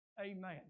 Amen